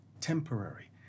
temporary